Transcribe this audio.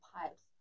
pipes